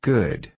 Good